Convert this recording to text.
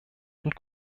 und